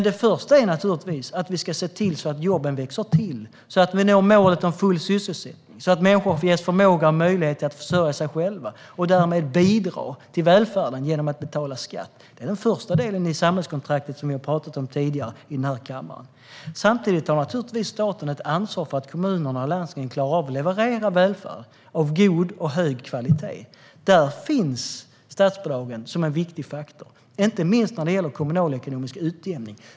Det första är naturligtvis att se till att jobben växer till. Det handlar om att nå målet om full sysselsättning och ge människor förmåga och möjlighet att försörja sig själva - och därmed bidra till välfärden genom att betala skatt. Det är den första delen i det samhällskontrakt vi har talat om tidigare i denna kammare. Samtidigt har staten naturligtvis ett ansvar för att kommunerna och landstingen klarar av att leverera välfärd av god kvalitet. Där finns statsbidragen som en viktig faktor, inte minst när det gäller kommunalekonomisk utjämning.